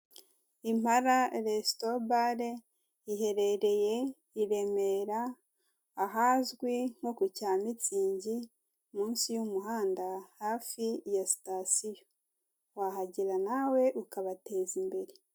Impala resito-bare iherereye i Remera ahazwi nko ku cya mitsingi munsi y'umuhanda hafi ya sitasiyo, wahagera nawe ukabateza imbere.